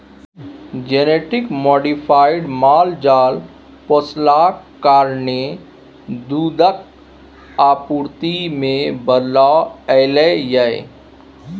genetic modified माल जाल पोसलाक कारणेँ दुधक आपुर्ति मे बदलाव एलय यै